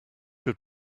had